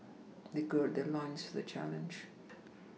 they gird their loins for the challenge